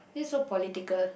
this so political